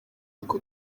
ako